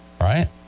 right